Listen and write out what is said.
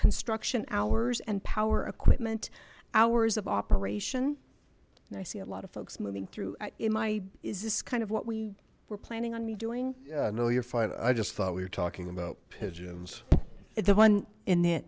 construction hours and power equipment hours of operation and i see a lot of folks moving through in my is this kind of what we were planning on me doing yeah no you're fine i just thought we were talking about pigeons the one in the